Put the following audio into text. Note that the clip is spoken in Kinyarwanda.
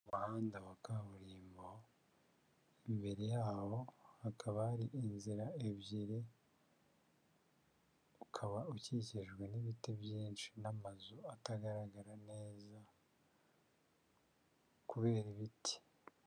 Mu muhanda wa kaburimbo imbere yawo hakaba hari inzira ebyiri, ukaba ukikijwe n'ibiti byinshi n'amazu atagaragara neza kubera ibiti.